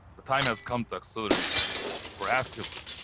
the time has come to accelerate proactively,